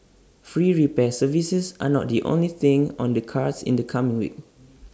free repair services are not the only thing on the cards in the coming week